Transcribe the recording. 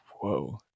Whoa